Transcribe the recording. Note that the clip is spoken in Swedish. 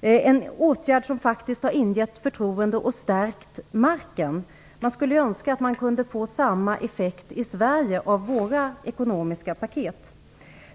Det är en åtgärd som faktiskt har ingett förtroende och stärkt marken. Man skulle önska att man kunde få samma effekt i Sverige av våra ekonomiska paket.